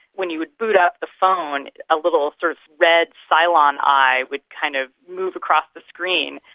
when you would boot up the phone, a little sort of red cylon eye would kind of move across the screen.